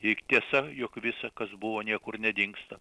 tik tiesa jog visa kas buvo niekur nedingsta